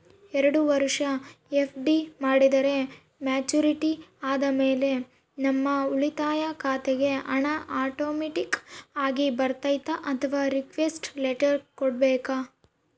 ಎರಡು ವರುಷ ಎಫ್.ಡಿ ಮಾಡಿದರೆ ಮೆಚ್ಯೂರಿಟಿ ಆದಮೇಲೆ ನಮ್ಮ ಉಳಿತಾಯ ಖಾತೆಗೆ ಹಣ ಆಟೋಮ್ಯಾಟಿಕ್ ಆಗಿ ಬರ್ತೈತಾ ಅಥವಾ ರಿಕ್ವೆಸ್ಟ್ ಲೆಟರ್ ಕೊಡಬೇಕಾ?